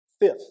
Fifth